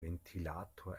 ventilator